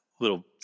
little